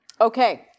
Okay